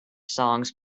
songs